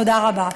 תודה רבה.